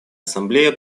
ассамблея